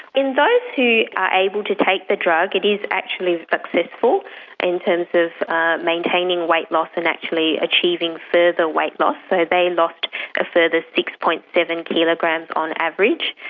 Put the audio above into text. in those who are able to take the drug it is actually successful in terms of maintaining weight loss and actually achieving further weight loss. so they lost a further six. seven kilograms on average.